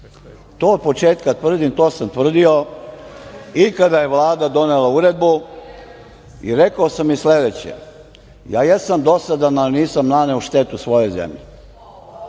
To od početka tvrdim, to sam tvrdio. I kada je Vlada donela uredbu, rekao sam sledeće. Ja jesam dosadan, ali nisam naneo štetu svojoj zemlji.